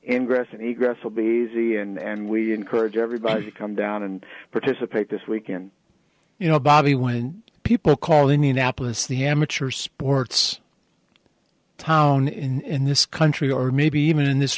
in grass any grass will be easy and we encourage everybody to come down and participate this weekend you know bobbie when people call indianapolis the amateur sports town in this country or maybe even in this